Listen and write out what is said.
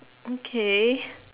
okay